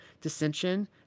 dissension